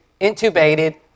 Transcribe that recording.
intubated